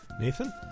nathan